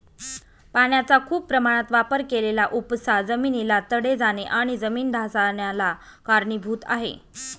पाण्याचा खूप प्रमाणात केलेला उपसा जमिनीला तडे जाणे आणि जमीन ढासाळन्याला कारणीभूत आहे